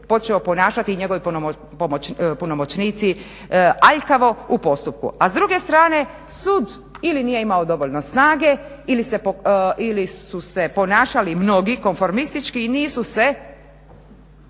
počeo ponašati i njegovi pomoćnici aljkavo u postupku. A s druge strane sud ili nije imao dovoljno snage ili su se ponašali mnogi konformistički i nisu se,